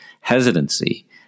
hesitancy